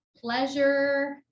pleasure